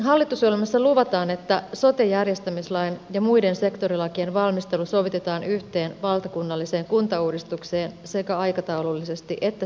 hallitusohjelmassa luvataan että sote järjestämislain ja muiden sektorilakien valmistelu sovitetaan yhteen valtakunnalliseen kuntauudistukseen sekä aikataulullisesti että sisällöllisesti